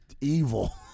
evil